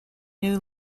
new